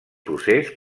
procés